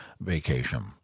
vacation